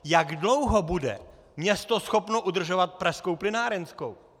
Jak dlouho bude město schopno udržovat Pražskou plynárenskou?